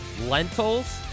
Lentils